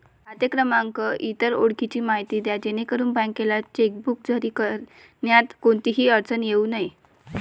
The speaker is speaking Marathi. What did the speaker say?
खाते क्रमांक, इतर ओळखीची माहिती द्या जेणेकरून बँकेला चेकबुक जारी करण्यात कोणतीही अडचण येऊ नये